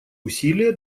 усилия